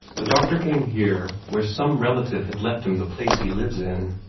the doctor came here, where some relative had left him the place he lives in.